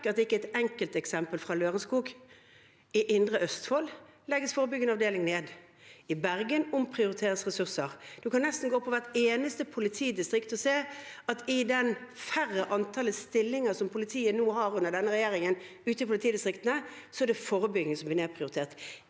ikke er et enkelteksempel. I Indre Østfold legges forebyggende avdeling ned, i Bergen omprioriteres ressurser. Man kan nesten gå til hvert eneste politidistrikt og se at med et mindre antall stillinger, som politiet nå har under denne regjeringen ute i politidistriktene, er det forebygging som blir nedprioritert